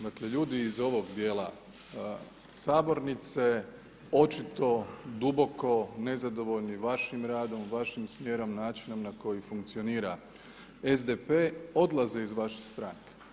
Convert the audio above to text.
Dakle, ljudi iz ovog dijela sabornice očito duboko nezadovoljni vašim radom, vašim smjerom načinom na koji funkcionira SDP odlaze iz vaše stranke.